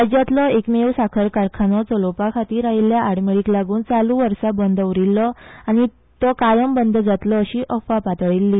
राज्यातलो एकमेव साकर कारखानो चलोवपा खातीर आयिल्ल्या आडमेळींक लागून चालू वर्सा बंद उरिल्लो आनी तो कायम बंद जातलो अशी वावडी पातळिल्ली